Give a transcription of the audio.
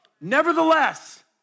Nevertheless